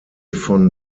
von